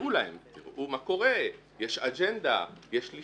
והסבירו להם: תראו מה קורה, יש אג'נדה, יש לשכה.